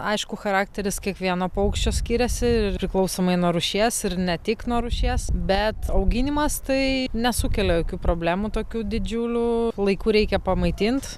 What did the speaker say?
aišku charakteris kiekvieno paukščio skiriasi priklausomai nuo rūšies ir ne tik nuo rūšies bet auginimas tai nesukelia jokių problemų tokių didžiulių laiku reikia pamaitint